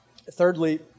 Thirdly